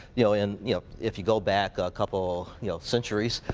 you know, and yeah if you go back a couple, you know, centuries,